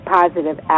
positive